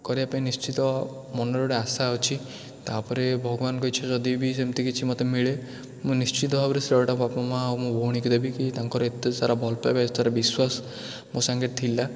କରିବା ପାଇଁ ନିଶ୍ଚିତ ମନରେ ଗୋଟେ ଆଶା ଅଛି ତା'ପରେ ଭଗବାନଙ୍କ ଇଚ୍ଛା ଯଦିବି ସେମିତି କିଛି ମୋତେ ମିଳେ ମୁଁ ନିଶ୍ଚିତ ଭାବରେ ଶ୍ରେୟଟା ବାପା ମା' ଆଉ ମୋ ଭଉଣୀକୁ ଦେବି ତାଙ୍କର ଏତେସାରା ଭଲପାଇବା ଏତେସାରା ବିଶ୍ୱାସ ମୋ ସାଙ୍ଗରେ ଥିଲା